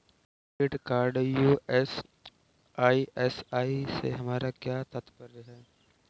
Credit card US EMI से हमारा क्या तात्पर्य है?